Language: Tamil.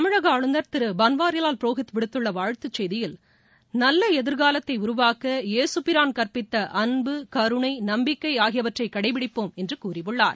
தமிழக ஆளுநர் திரு பன்வாரிவால் புரோஹித் விடுத்துள்ள வாழ்த்துச் செய்தியில் நல்ல எதிர்காலத்தை உருவாக்க யேசுபிரான் கற்பித்த அன்பு கருணை நம்பிக்கை ஆகியவற்றை கடைபிடிப்போம் என்று கூறியுள்ளார்